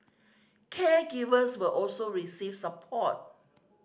caregivers will also receive support